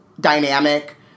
dynamic